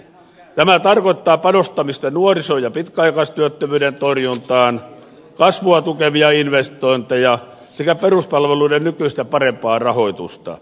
tämä tarkoittaa panostamista nuoriso ja pitkäaikaistyöttömyyden torjuntaan kasvua tukevia investointeja sekä peruspalveluiden nykyistä parempaa rahoitusta